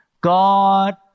God